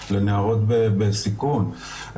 לנערות בסיכון,